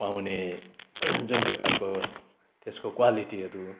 पाउँने जुन प्रकारको त्यसको क्वालिटीहरू